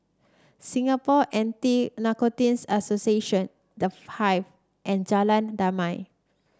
Singapore Anti Narcotics Association The Hive and Jalan Damai